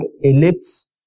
ellipse